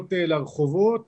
מגיעות לרחובות ומזהמות.